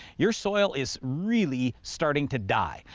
your soil is really starting to die.